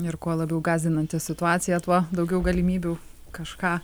ir kuo labiau gąsdinanti situacija tuo daugiau galimybių kažką